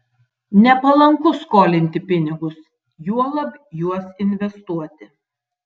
nepalanku skolinti pinigus juolab juos investuoti